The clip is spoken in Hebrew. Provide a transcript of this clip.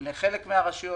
לחלק מהרשויות.